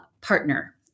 partner